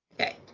Okay